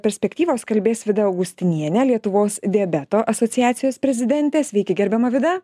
perspektyvos kalbės vida augustinienė lietuvos diabeto asociacijos prezidentė sveiki gerbiama vida